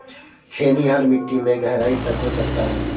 छेनी हल मिट्टी में गहराई तक घुस सकता है